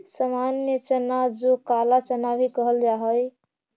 सामान्य चना जो काला चना भी कहल जा हई